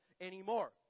anymore